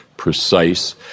precise